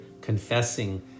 confessing